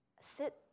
sit